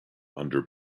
under